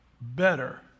better